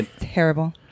terrible